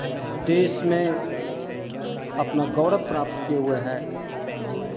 देश में अपना गौरव प्राप्त किए हुए है